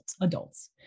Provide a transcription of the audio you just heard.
adults